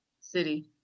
City